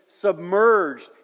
submerged